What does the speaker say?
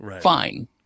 Fine